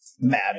mad